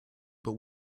but